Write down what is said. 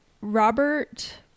Robert